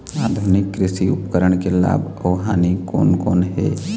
आधुनिक कृषि उपकरण के लाभ अऊ हानि कोन कोन हे?